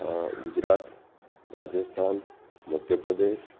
Gujarat Rajasthan Madhya Pradesh